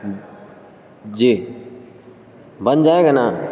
جی بن جائے گا نا